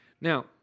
Now